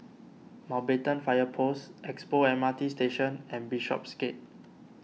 Mountbatten Fire Post Expo M R T Station and Bishopsgate